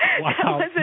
Wow